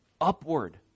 upward